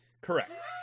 Correct